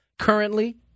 Currently